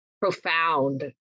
profound